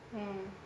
mm